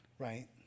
right